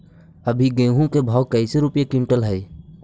अभी गेहूं के भाव कैसे रूपये क्विंटल हई?